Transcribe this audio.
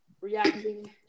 reacting